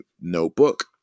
notebook